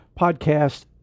podcast